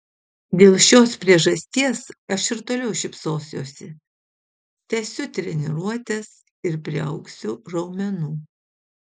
dėl šios priežasties aš ir toliau šypsosiuosi tęsiu treniruotes ir priaugsiu raumenų